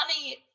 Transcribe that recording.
money